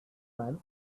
man